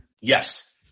Yes